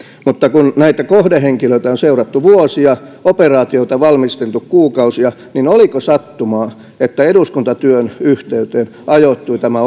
mutta kun näitä kohdehenkilöitä on on seurattu vuosia operaatiota valmisteltu kuukausia niin oliko sattumaa että eduskuntatyön yhteyteen ajoittui tämä